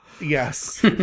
Yes